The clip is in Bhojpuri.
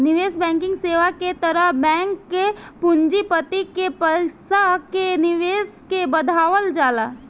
निवेश बैंकिंग सेवा के तहत बैंक पूँजीपति के पईसा के निवेश के बढ़ावल जाला